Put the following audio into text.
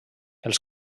els